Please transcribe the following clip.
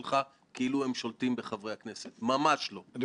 לא מוּנעים על ידי הבנקים אלא מוּנעים על ידי טובת הציבור.